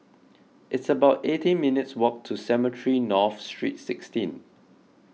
it's about eighteen minutes' walk to Cemetry North Street sixteen